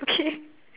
okay